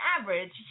average